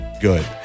good